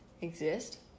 exist